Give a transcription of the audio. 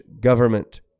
government